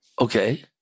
Okay